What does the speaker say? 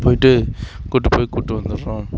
போய்ட்டு கூட்டு போய் கூட்டு வந்துர்றோம்